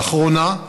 לאחרונה,